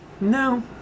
No